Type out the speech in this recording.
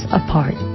apart